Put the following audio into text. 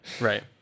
Right